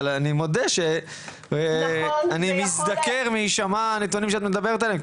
אבל אני מודה שאני מזדקר מהישמע הנתונים שאת מדברת עליהם,